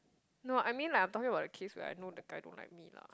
no I mean like I'm talking about the case where I know the guy don't like me lah